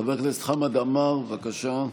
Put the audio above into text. חבר הכנסת חמד עמאר, בבקשה.